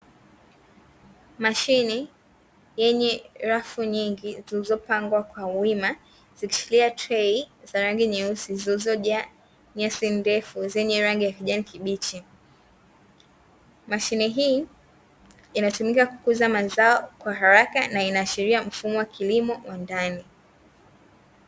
Mashine yenye rafu nyingi zilizopangwa kwa wima, zikishikilia trei za rangi nyeusi zilizojaa nyasi ndefu zenye rangi ya kijani kibichi. Mashine hii inatumika kukuza mazao kwa haraka, na inaashiria mfumo wa kilimo wa ndani.